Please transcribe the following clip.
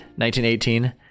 1918